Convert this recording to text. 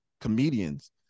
comedians